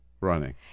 running